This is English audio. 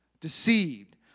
deceived